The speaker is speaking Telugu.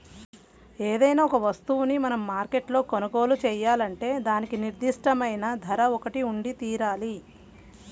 ఏదైనా ఒక వస్తువును మనం మార్కెట్లో కొనుగోలు చేయాలంటే దానికి నిర్దిష్టమైన ధర ఒకటి ఉండితీరాలి